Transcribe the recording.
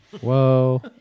Whoa